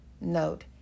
Note